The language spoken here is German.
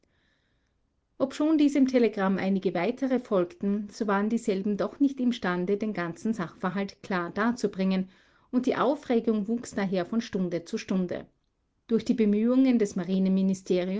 obschon diesem telegramm einige weitere folgten so waren dieselben doch nicht imstande den ganzen sachverhalt klar darzubringen und die aufregung wuchs daher von stunde zu stunde durch die bemühungen des